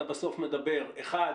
אתה בסוף מדבר א'